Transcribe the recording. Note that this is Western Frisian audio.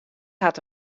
hat